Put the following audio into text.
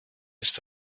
ist